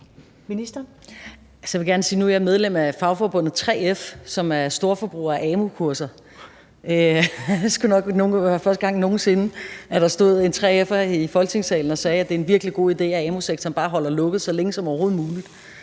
er jeg medlem af fagforbundet 3F, som er storforbruger af amu-kurser. Det skulle nok være første gang nogen sinde, at der stod en 3F'er i Folketingssalen og sagde, at det er en virkelig god idé, at amu-sektoren bare holder lukket så længe som